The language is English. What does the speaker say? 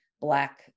black